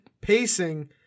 pacing